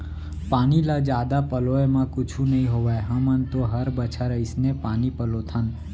पानी ल जादा पलोय म कुछु नइ होवय हमन तो हर बछर अइसने पानी पलोथन